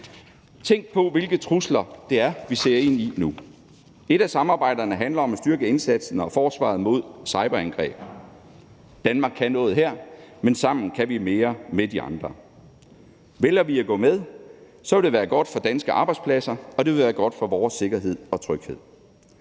Tænk på, hvilke trusler det er, vi ser ind i nu. Et af samarbejderne handler om at styrke indsatsen og forsvaret mod cyberangreb. Danmark kan noget her, men sammen kan vi mere med de andre. Vælger vi at gå med, vil det være godt for danske arbejdspladser, og det vil være godt for vores sikkerhed og tryghed.